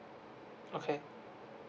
okay